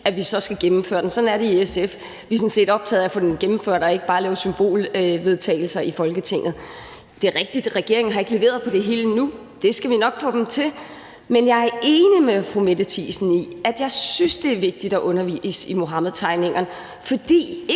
politik, skal vi gennemføre den. Sådan er det i SF. Vi er sådan set optaget af at få vores politik gennemført og ikke bare lave symbolvedtagelser i Folketinget. Det er rigtigt, at regeringen ikke har leveret på det hele endnu, men det skal vi nok få dem til. Jeg er enig med fru Mette Thiesen i, at det er vigtigt at undervise i Muhammedtegningerne, ikke